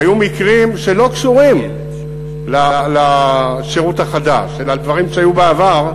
היו מקרים שלא קשורים לשירות החדש אלא דברים שהיו בעבר,